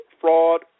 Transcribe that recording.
fraud